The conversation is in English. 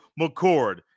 McCord